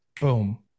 Boom